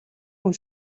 хүн